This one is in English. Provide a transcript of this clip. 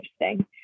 interesting